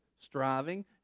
striving